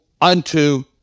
unto